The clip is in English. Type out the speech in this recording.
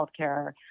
healthcare